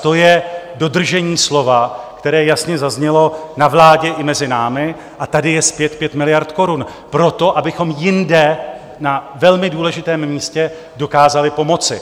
To je dodržení slova, které jasně zaznělo na vládě i mezi námi a tady je zpět 5 miliard korun proto, abychom jinde na velmi důležitém místě dokázali pomoci.